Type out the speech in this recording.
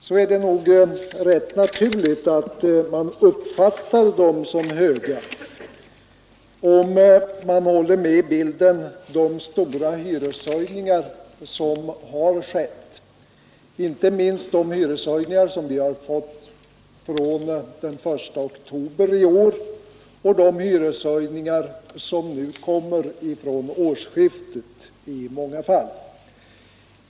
Det är nog rätt naturligt att man uppfattar dem som höga om man har med i bilden de stora hyreshöjningar som har skett, inte minst de hyreshöjningar som vi har fått från den 1 oktober i år och de hyreshöjningar som i många fall kiftet.